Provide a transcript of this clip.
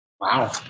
Wow